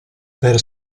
per